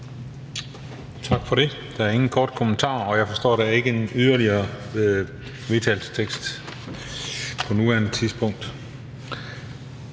Tak for det. Der er ingen korte bemærkninger, og jeg forstår, at der ikke er yderligere forslag til vedtagelse på nuværende tidspunkt.